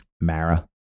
Mara